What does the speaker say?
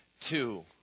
Two